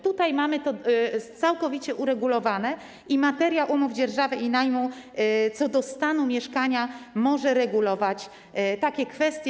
Tutaj mamy to całkowicie uregulowane i materia umów dzierżawy i najmu co do stanu mieszkania może regulować takie kwestie.